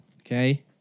Okay